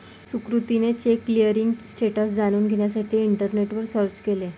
सुकृतीने check clearing status जाणून घेण्यासाठी इंटरनेटवर सर्च केले